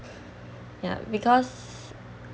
ya because